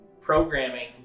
programming